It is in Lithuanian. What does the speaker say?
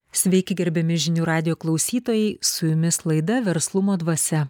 sveiki gerbiami žinių radijo klausytojai su jumis laida verslumo dvasia